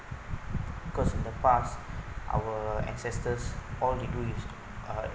because in the past our ancestors all they do is uh